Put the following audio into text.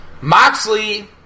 Moxley